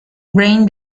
brain